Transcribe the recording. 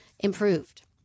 improved